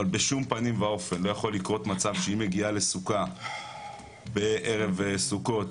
אבל בשום פנים ואופן לא יכול לקרות מצב שהיא מגיעה לסוכה בערב סוכות,